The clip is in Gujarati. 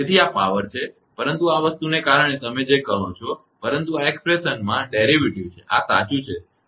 તેથી આ પાવર છે પરંતુ આ વસ્તુને કારણે તમે જે કહો છો પરંતુ આ અભિવ્યક્તિમાં આ વ્યુત્પન્ન છે આ સાચું છે